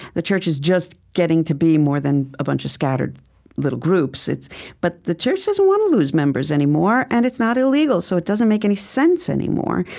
the church is just getting to be more than a bunch of scattered little groups. but the church doesn't want to lose members anymore, and it's not illegal, so it doesn't make any sense any more.